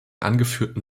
angeführten